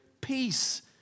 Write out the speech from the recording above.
Peace